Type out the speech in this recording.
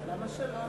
למה שלוש?